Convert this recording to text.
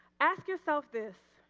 ask yourself this,